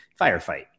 firefight